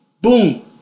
Boom